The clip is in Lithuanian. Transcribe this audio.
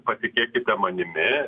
patikėkite manimi